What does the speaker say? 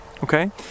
Okay